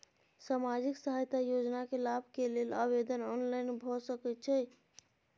सामाजिक सहायता योजना के लाभ के लेल आवेदन ऑनलाइन भ सकै छै?